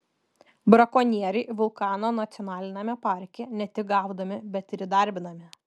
brakonieriai vulkano nacionaliniame parke ne tik gaudomi bet ir įdarbinami